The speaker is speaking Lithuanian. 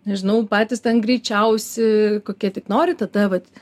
nežinau patys greičiausi kokie tik norite ta vat